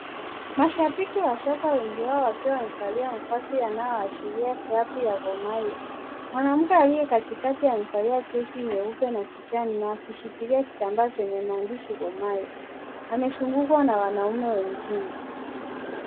Mashabiki wa soka wengi wao wakiwa wamevalia mavazi yanayoashiria klabu ya Gor Mahia. Mwanamke aliye katikati amevaa jezi nyeupe na kijani na akishikilia kitambaa chenye maandishi Gor Mahia. Amezungukwa na wanaume wengine.